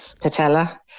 patella